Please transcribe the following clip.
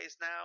now